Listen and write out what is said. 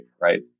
right